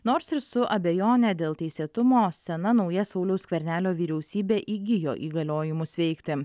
nors ir su abejone dėl teisėtumo sena nauja sauliaus skvernelio vyriausybė įgijo įgaliojimus veikti